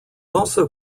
also